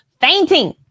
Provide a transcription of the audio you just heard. fainting